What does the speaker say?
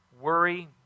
worry